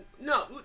No